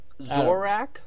Zorak